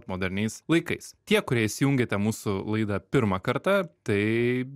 moderniais laikais tie kurie įsijungėte mūsų laidą pirmą kartą tai